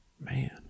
Man